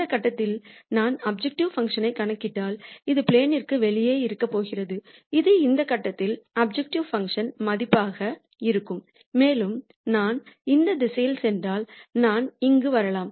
இந்த கட்டத்தில் நான் அப்ஜெக்டிவ் பங்க்ஷன் ஐ கணக்கிட்டால் அது ப்ளேன் ற்கு வெளியே இருக்கப் போகிறது இது இந்த கட்டத்தில் அப்ஜெக்டிவ் பங்க்ஷன் மதிப்பாக இருக்கும் மேலும் நான் இந்த திசையில் சென்றால் நான் இங்கு வரலாம்